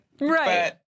right